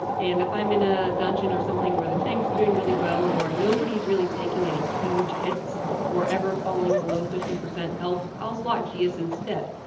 and if i'm in a dungeon or something where the tanks doing really well or nobody's really taking any huge hits or ever falling below fifty percent health, i'll slot geas instead.